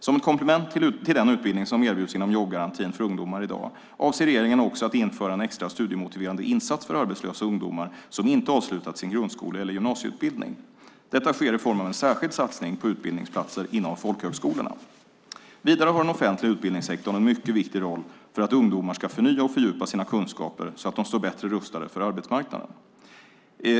Som ett komplement till den utbildning som erbjuds inom jobbgarantin för ungdomar i dag avser regeringen också att införa en extra studiemotiverande insats för arbetslösa ungdomar som inte avslutat sin grundskole eller gymnasieutbildning. Detta sker i form av en särskild satsning på utbildningsplatser inom folkhögskolorna. Vidare har den offentliga utbildningssektorn en mycket viktig roll för att ungdomar ska förnya och fördjupa sina kunskaper så att de står bättre rustade på arbetsmarknaden.